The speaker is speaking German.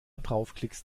draufklickst